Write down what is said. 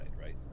right